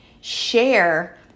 Share